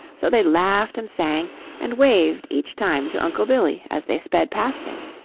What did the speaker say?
so they laughed and sang and waved each time to uncle billy as they sped past him.